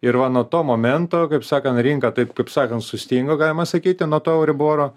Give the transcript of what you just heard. ir va nuo to momento kaip sakant rinka taip kaip sakant sustingo galima sakyti nuo to euriboro